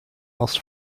else